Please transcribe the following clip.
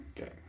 Okay